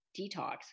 detox